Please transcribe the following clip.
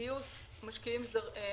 כיושבת-ראש רשות ניירות ערך,